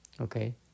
Okay